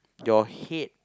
your head